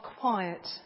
quiet